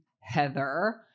Heather